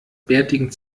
bärtigen